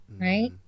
Right